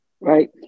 Right